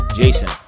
Jason